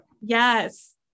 yes